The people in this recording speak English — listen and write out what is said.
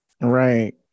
Right